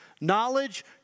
Knowledge